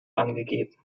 angegeben